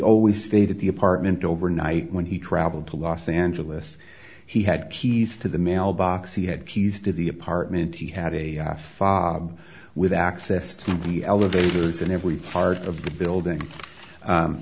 always stayed at the apartment overnight when he traveled to los angeles he had keys to the mailbox he had keys to the apartment he had a fall with access to the elevators in every part of the building